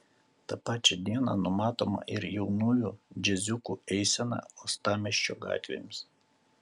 tą pačią dieną numatoma ir jaunųjų džiaziukų eisena uostamiesčio gatvėmis